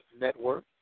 Network